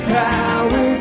power